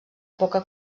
poca